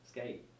Skate